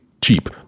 cheap